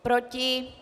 Proti?